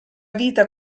vita